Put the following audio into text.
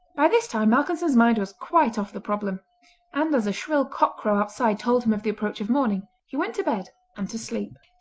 by this time malcolmson's mind was quite off the problem and as a shrill cock-crow outside told him of the approach of morning, he went to bed and to sleep.